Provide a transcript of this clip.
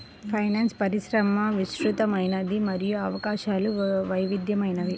finance పరిశ్రమ విస్తృతమైనది మరియు అవకాశాలు వైవిధ్యమైనవి